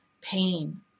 Pain